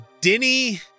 Denny